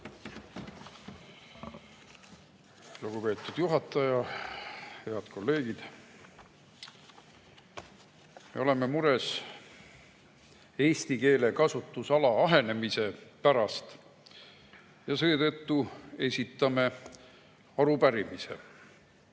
Lugupeetud juhataja! Head kolleegid! Me oleme mures eesti keele kasutusala ahenemise pärast ja seetõttu esitame arupärimise.